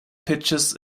pitches